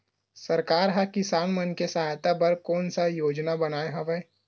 सरकार हा किसान मन के सहायता बर कोन सा योजना बनाए हवाये?